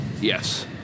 Yes